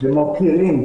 מכירים ומוקירים.